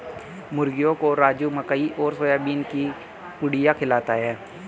मुर्गियों को राजू मकई और सोयाबीन की पुड़िया खिलाता है